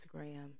Instagram